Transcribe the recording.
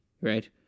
right